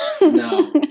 No